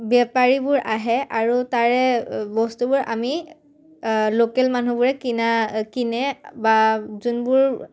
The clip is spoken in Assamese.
বেপাৰীবোৰ আহে আৰু তাৰে বস্তুবোৰ আমি লোকেল মানুহবোৰে কিনা কিনে বা যোনবোৰ